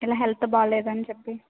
ఇలా హెల్త్ బాగాలేదని చెప్పి